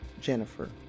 Jennifer